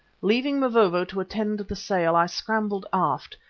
leaving mavovo to attend to the sail, i scrambled aft,